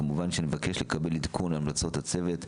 כמובן שנבקש לקבל עדכון על המלצות הצוות,